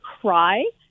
cry